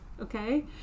okay